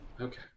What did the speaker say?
Okay